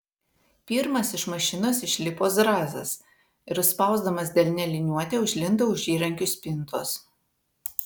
pirmas iš mašinos išlipo zrazas ir spausdamas delne liniuotę užlindo už įrankių spintos